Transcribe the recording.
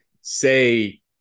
say